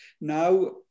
Now